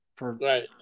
Right